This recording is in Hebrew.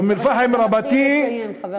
תתחיל לסיים, חבר הכנסת.